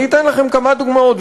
אני אתן לכם כמה דוגמאות,